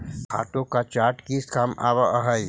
खातों का चार्ट किस काम आवअ हई